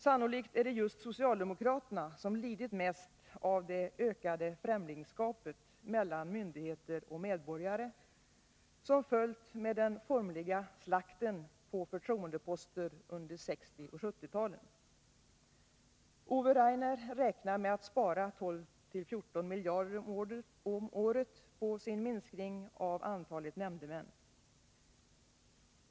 Sannolikt är det just socialdemokraterna som lidit mest av det ökade främlingskapet mellan myndigheter och medborgare, som följt med den formliga slakten på förtroendeposter under 60 och 70-talen. Ove Rainer räknar med att spara 12-14 miljoner om året på sin minskning av antalet nämndemän.